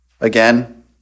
Again